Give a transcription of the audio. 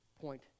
point